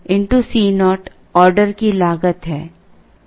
D Q Co order की लागत है